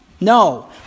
No